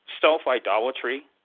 Self-idolatry